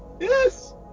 Yes